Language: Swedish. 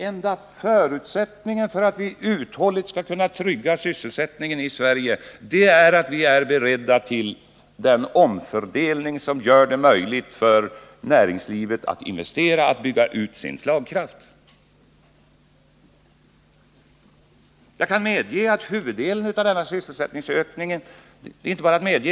Enda förutsättningen för att vi uthålligt skall kunna trygga sysselsättningen i Sverige är att vi är beredda till den omfördelning som gör det möjligt för näringslivet att investera och bygga ut sin slagkraft.